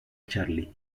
charlie